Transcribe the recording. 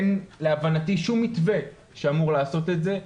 אין להבנתי שום מתווה שאמור לעשות את זה.